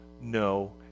no